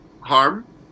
harm